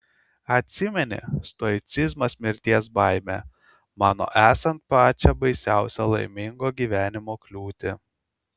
atsimeni stoicizmas mirties baimę mano esant pačią baisiausią laimingo gyvenimo kliūtį